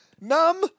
Numb